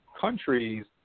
countries